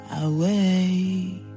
away